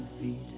feet